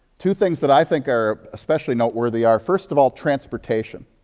two things that i think are especially noteworthy are, first of all, transportation.